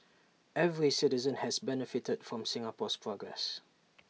every citizen has benefited from Singapore's progress